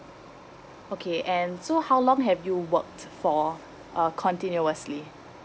okay and so how long have you worked for uh continuously